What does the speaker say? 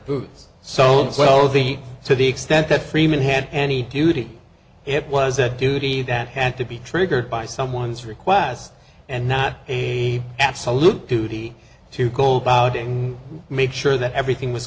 boots so wealthy to the extent that freeman had any duty it was a duty that had to be triggered by someone's request and not the absolute duty to go about doing make sure that everything was